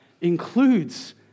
includes